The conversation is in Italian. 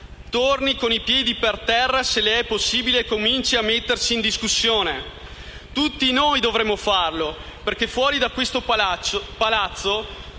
torni con i piedi per terra, se le è possibile, e cominci a mettersi in discussione. Tutti noi dovremmo farlo perché fuori da questo Palazzo